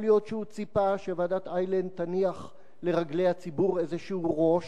יכול להיות שהוא ציפה שוועדת-איילנד תניח לרגלי הציבור איזה ראש,